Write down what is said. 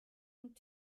und